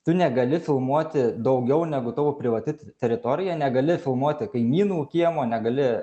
tu negali filmuoti daugiau negu tavo privati teritorija negali filmuoti kaimynų kiemo negali